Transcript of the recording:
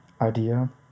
idea